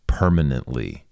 permanently